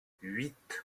huit